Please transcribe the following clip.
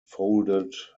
folded